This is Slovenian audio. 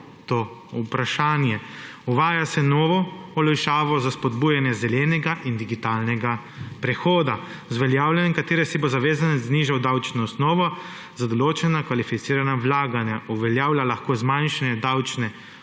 to vprašanje. Uvaja se novo olajšavo za spodbujanje zelenega in digitalnega prehoda, z uveljavljanjem katere si bo zavezanec znižal davčno osnovo za določena kvalificirana vlaganja. Uveljavlja lahko zmanjšanje davčne